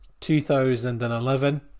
2011